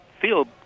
feel